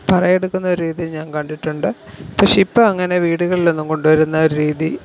പറയെടുക്കുന്ന ഒരു രീതി ഞാൻ കണ്ടിട്ടുണ്ട് പക്ഷെ ഇപ്പോൾ അങ്ങനെ വീടുകളിലൊന്നും കൊണ്ടുവരുന്നൊരു രീതി